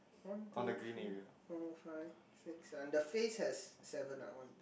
one two three four five six and the face has seven the face has seven that one